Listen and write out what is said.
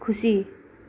खुसी